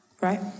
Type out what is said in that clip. Right